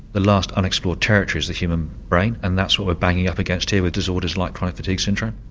the last unexplored territory is the human brain and that's what we're banging up against here with disorders like chronic fatigue syndrome.